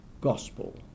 gospel